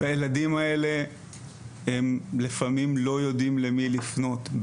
והילדים האלה לפעמים לא יודעים למי לפנות.